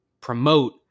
promote